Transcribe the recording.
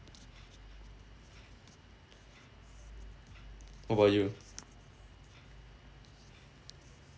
what about you